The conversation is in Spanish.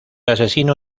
asesino